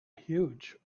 huge